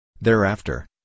Thereafter